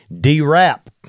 D-Rap